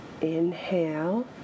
Inhale